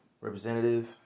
representative